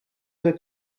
her